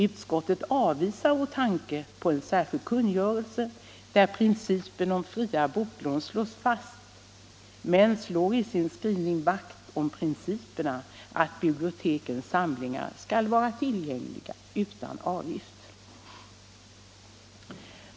Utskottet avvisar vår tanke på en särskild kungörelse, där principen om fria boklån slås fast, men slår i sin skrivning vakt om principerna att bibliotekens samlingar skall vara tillgängliga utan avgift.